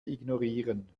ignorieren